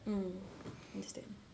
mm understand